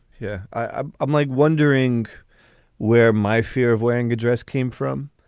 yeah. i'm i'm like wondering where my fear of wearing a dress came from